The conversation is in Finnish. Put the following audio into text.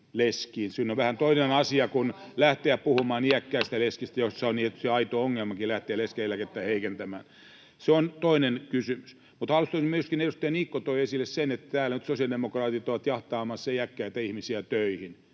Se on vähän toinen asia kuin lähteä puhumaan iäkkäistä leskistä, joiden kohdalla on tietysti aito ongelmakin lähteä leskeneläkettä heikentämään. Se on toinen kysymys. Mutta myöskin edustaja Niikko toi esille sen, että täällä nyt sosiaalidemokraatit ovat jahtaamassa iäkkäitä ihmisiä töihin: